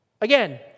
Again